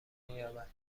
مییابد